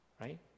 right